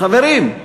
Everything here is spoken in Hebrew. חברים,